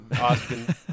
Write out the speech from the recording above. Austin